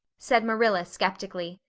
said marilla skeptically.